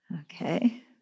Okay